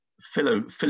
Philip